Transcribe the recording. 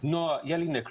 נועה ילנק.